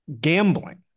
gambling